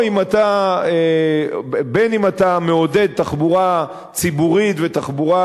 אם אתה מעודד תחבורה ציבורית ותחבורה